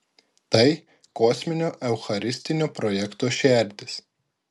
tai kosminio eucharistinio projekto šerdis